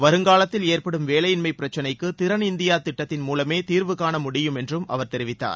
வருங்காலத்தில் ஏற்படும் வேலையின்மை பிரச்சினைக்கு திறன் இந்தியா திட்டத்தின் மூலமே தீர்வு காணமுடியும் என்றும் அவர் தெரிவித்தார்